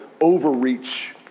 overreach